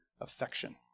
Affection